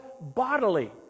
bodily